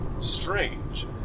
strange